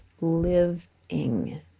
LIVING